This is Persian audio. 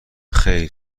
خیر